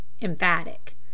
emphatic